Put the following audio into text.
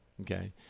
okay